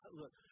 look